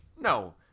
No